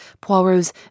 Poirot's